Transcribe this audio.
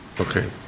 Okay